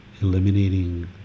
Eliminating